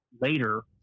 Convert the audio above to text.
later –